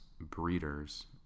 breeders